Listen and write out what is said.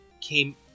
came